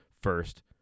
first